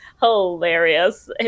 hilarious